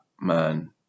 man